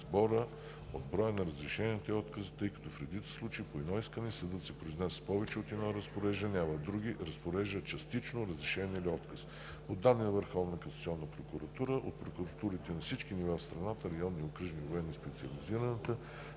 сбора от броя на разрешенията и отказите, тъй като в редица случаи по едно искане съдът се произнася с повече от едно разпореждане, а в други – разпорежда частично разрешение или отказ. По данни на Върховната касационна прокуратура от прокуратурите на всички нива в страната – районни, окръжни, военни и Специализираната